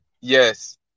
yes